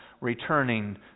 returning